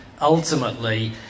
ultimately